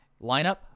lineup